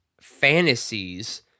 fantasies